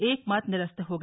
एक मत निरस्त हो गया